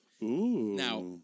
Now